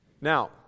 Now